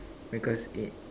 because it